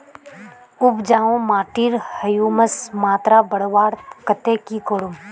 उपजाऊ माटिर ह्यूमस मात्रा बढ़वार केते की करूम?